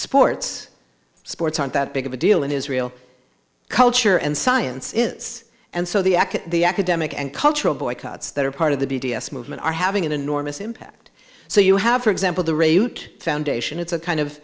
sports sports aren't that big of a deal in israel culture and science is and so the academic and cultural boycotts that are part of the b d s movement are having an enormous impact so you have for example the radio foundation it's a kind of